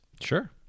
Sure